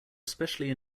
especially